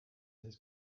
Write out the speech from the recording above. his